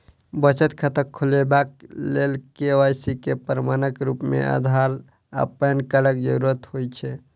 बचत खाता खोलेबाक लेल के.वाई.सी केँ प्रमाणक रूप मेँ अधार आ पैन कार्डक जरूरत होइ छै